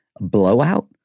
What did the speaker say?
blowout